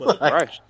Right